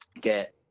get